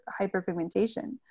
hyperpigmentation